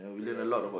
yeah